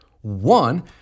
One